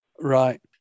Right